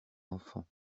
enfants